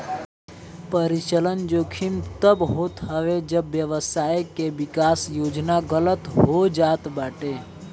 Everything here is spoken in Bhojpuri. परिचलन जोखिम तब होत हवे जब व्यवसाय के विकास योजना गलत हो जात बाटे